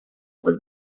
was